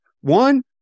one